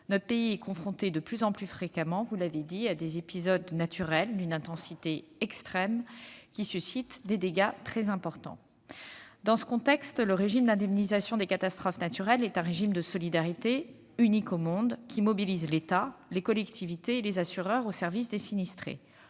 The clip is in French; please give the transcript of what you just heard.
notre pays est confronté de plus en plus fréquemment à des épisodes naturels d'une intensité extrême, qui suscitent des dégâts très importants. Dans ce contexte, le régime d'indemnisation des catastrophes naturelles apparaît comme un régime de solidarité unique au monde, mobilisant l'État, les collectivités et les assureurs au service des sinistrés.